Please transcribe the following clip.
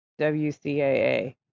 WCAA